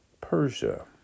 Persia